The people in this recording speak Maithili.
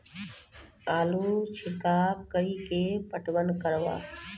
आलू छिरका कड़ी के पटवन करवा?